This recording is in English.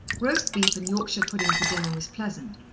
roast beef and yorkshire pudding for dinner was pleasant.